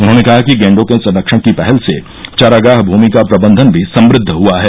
उन्हॉने कहा कि गेंडों के संरक्षण की पहल से चारागाह भूमि का प्रबंधन भी समृद्ध हुआ है